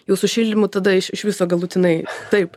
jau su šildymu tada iš iš viso galutinai taip